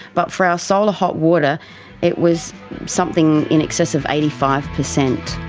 but for our solar hot water it was something in excess of eighty five percent.